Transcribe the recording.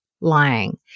lying